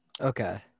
okay